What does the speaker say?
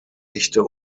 echte